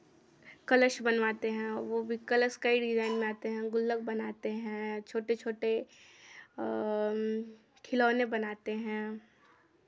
कलश बनवाते हैं वो भी कलश कई डिज़ाइन में आते हैं गुल्लक बनाते हैं छोटे छोटे खिलौने बनाते हैं